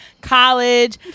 college